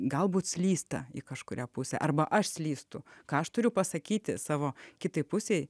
galbūt slysta į kažkurią pusę arba aš slystu ką aš turiu pasakyti savo kitai pusei